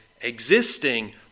existing